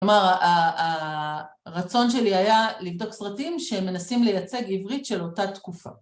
כלומר, הרצון שלי היה לבדוק סרטים שמנסים לייצג עברית של אותה תקופה.